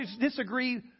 disagree